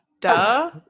duh